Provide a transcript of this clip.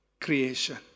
creation